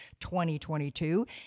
2022